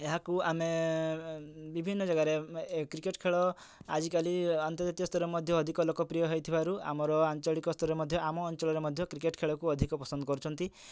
ଏହାକୁ ଆମେ ବିଭିନ୍ନ ଜାଗାରେ କ୍ରିକେଟ୍ ଖେଳ ଆଜିକାଲି ଆନ୍ତର୍ଜାତୀୟ ସ୍ତରରେ ମଧ୍ୟ ଅଧିକ ଲୋକପ୍ରିୟ ହେଇଥିବାରୁ ଆମର ଆଞ୍ଚଳିକ ସ୍ତରରେ ମଧ୍ୟ ଆମ ଅଞ୍ଚଳରେ ମଧ୍ୟ କ୍ରିକେଟ୍ ଖେଳକୁ ଅଧିକ ପସନ୍ଦ କରୁଛନ୍ତି